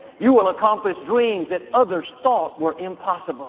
you will accomplish dreams that others thought were impossible